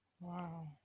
Wow